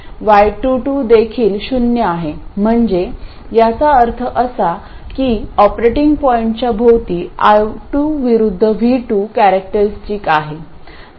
आणि y22 देखील शून्य आहे म्हणजे याचा अर्थ असा की ऑपरेटिंग पॉईंटच्या भोवती I2 विरुद्ध V2 कॅरेक्टरस्टिक आहे